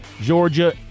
Georgia